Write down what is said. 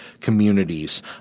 communities